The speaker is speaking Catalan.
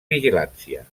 vigilància